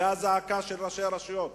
זו הזעקה של ראשי הרשויות,